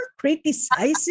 criticizing